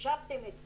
חישבתם את זה,